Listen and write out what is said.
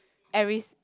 Aries